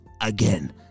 again